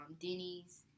Denny's